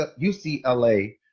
ucla